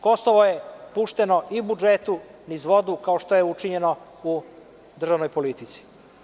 Kosovo je pušteno i u budžetu niz vodu, kao što je učinjeno u državnoj politici.